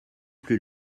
plus